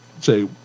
say